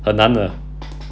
很难的